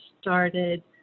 started